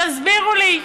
תסבירו לי,